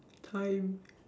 time